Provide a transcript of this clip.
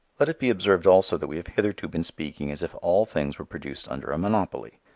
let it be observed also that we have hitherto been speaking as if all things were produced under a monopoly.